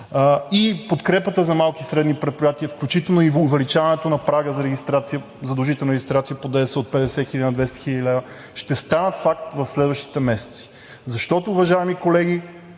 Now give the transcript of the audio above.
и подкрепата за малки и средни предприятия, включително и увеличаването на прага за задължителна регистрация по ДДС от 50 000 на 200 000 лв., ще станат факт в следващите месеци. Защото, уважаеми колеги,